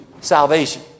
salvation